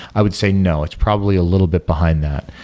i would say no. it's probably a little bit behind that.